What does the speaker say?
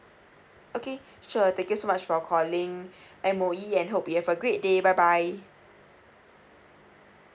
okay sure thank you so much for calling M_O_E and hope you have a great day bye bye